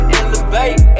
elevate